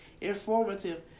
informative